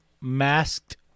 masked